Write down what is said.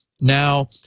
Now